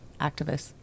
activists